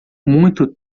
muito